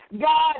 God